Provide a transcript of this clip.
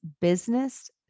business